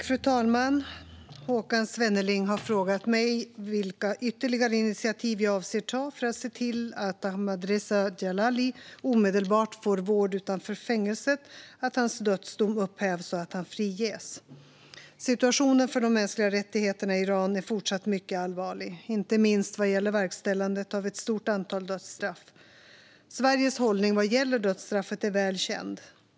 Fru talman! Håkan Svenneling har frågat mig vilka ytterligare initiativ jag avser att ta för att se till att Ahmadreza Djalali omedelbart får vård utanför fängelset, att hans dödsdom upphävs och att han friges. Situationen för de mänskliga rättigheterna i Iran är fortsatt mycket allvarlig, inte minst vad gäller verkställandet av ett stort antal dödsstraff. Sveriges hållning vad gäller dödsstraffet är väl känd.